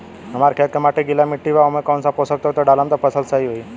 हमार खेत के माटी गीली मिट्टी बा ओमे कौन सा पोशक तत्व डालम त फसल सही होई?